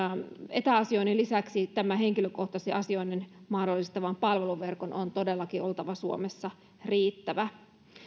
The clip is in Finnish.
etäasioinnin lisäksi henkilökohtaisen asioinnin mahdollistavan palveluverkon on todellakin oltava suomessa riittävä